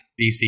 DC